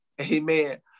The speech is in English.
amen